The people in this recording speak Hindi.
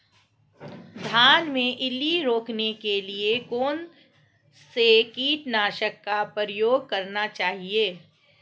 धान में इल्ली रोकने के लिए कौनसे कीटनाशक का प्रयोग करना चाहिए?